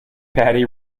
patty